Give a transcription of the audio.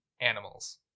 animals